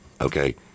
Okay